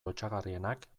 lotsagarrienak